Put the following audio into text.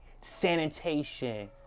sanitation